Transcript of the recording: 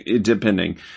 Depending